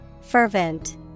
Fervent